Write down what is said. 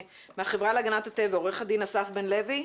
מהחברה להגנת הטבע, עורך הדין אסף בן לוי?